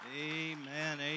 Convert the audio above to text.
Amen